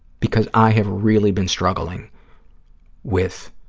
because i have really been struggling with